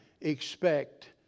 expect